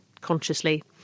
consciously